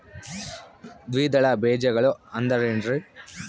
ದ್ವಿದಳ ಬೇಜಗಳು ಅಂದರೇನ್ರಿ?